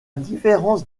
différence